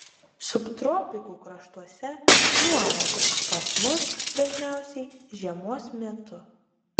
subtropikų kraštuose nuolat pas mus dažniausiai žiemos metu